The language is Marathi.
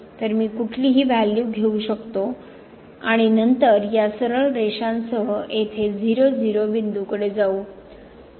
तर मी कुठलीही व्हॅल्यू घेऊ शकतो आणि नंतर या सरळ रेषांसह येथे 0 0 बिंदूकडे जाऊ